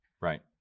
Right